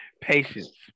Patience